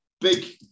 big